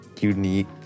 unique